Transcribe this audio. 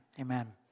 Amen